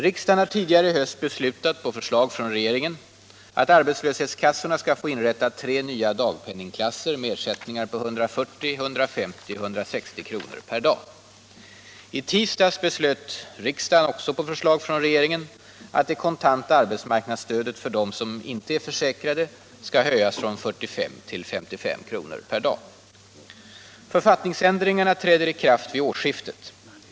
Riksdagen har tidigare i höst beslutat, på förslag från regeringen, att arbetslöshetskassorna skall få inrätta tre nya dagpenningklasser med ersättningar på 140, 150 och 160 kr. per dag. I tisdags beslöt riksdagen — också på förslag från regeringen — att det kontanta arbetsmarknadsstödet för dem som inte är försäkrade skall höjas från 45 till 55 kr. per dag. Författningsändringarna träder i kraft vid årsskiftet.